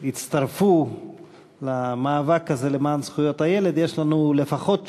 שהצטרפו למאבק הזה למען זכויות הילד, יש לנו לפחות